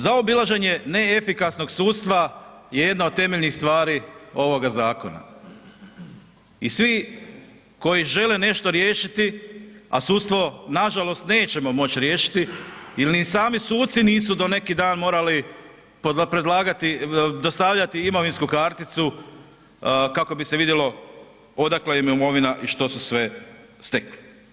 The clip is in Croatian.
Zaobilaženje neefikasnog sudstva je jedna od temeljnih stvari ovoga zakona i svi koji žele nešto riješiti, a sudstvo nažalost nećemo moć riješiti jel ni sami suci nisu do neki dan morali dostavljati imovinsku karticu, kako bi se vidjelo odakle im imovina i što su sve stekli.